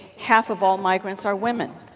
half of all migrants are women.